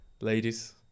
Ladies